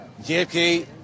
JFK